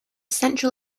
central